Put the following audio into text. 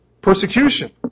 persecution